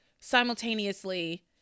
simultaneously